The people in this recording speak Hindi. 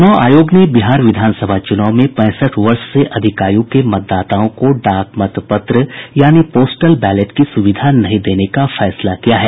चुनाव आयोग ने बिहार विधानसभा चुनाव में पैंसठ वर्ष से अधिक आयु के मतदाताओं को डाक मत पत्र यानि पोस्टल बैलेट की सुविधा नहीं देने का फैसला किया है